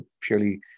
purely